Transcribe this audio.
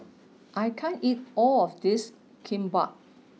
I can't eat all of this Kimbap